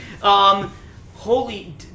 Holy